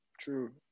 True